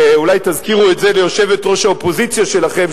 ואולי תזכירו את זה ליושבת-ראש האופוזיציה שלכם,